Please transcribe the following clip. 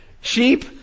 Sheep